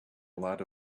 lot